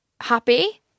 happy